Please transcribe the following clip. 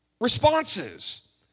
responses